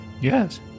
yes